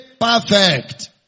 perfect